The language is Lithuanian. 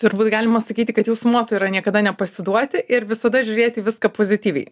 turbūt galima sakyti kad jūsų moto yra niekada nepasiduoti ir visada žiūrėti į viską pozityviai